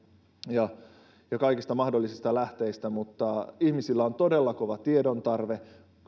ja kaikista mahdollisista lähteistä ihmisillä on todella kova tiedontarve